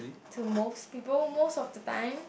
to most people most of the time